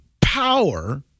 power